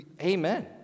Amen